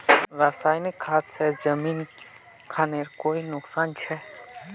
रासायनिक खाद से जमीन खानेर कोई नुकसान छे?